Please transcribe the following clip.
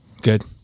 Good